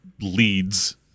leads